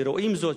ורואים זאת,